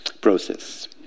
process